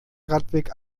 radweg